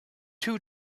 two